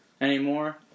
Anymore